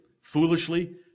Foolishly